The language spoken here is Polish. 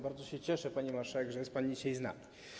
Bardzo się cieszę, pani marszałek, że jest pani dzisiaj z nami.